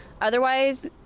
Otherwise